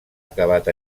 acabat